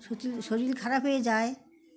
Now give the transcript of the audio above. শরীর খারাপ হয়ে যায়